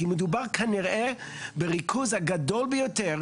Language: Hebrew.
כי מדובר כנראה בריכוז הגדול ביותר,